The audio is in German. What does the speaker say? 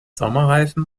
sommerreifen